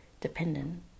dependent